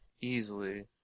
easily